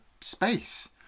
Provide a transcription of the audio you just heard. space